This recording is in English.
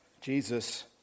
Jesus